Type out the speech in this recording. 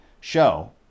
show